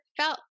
felt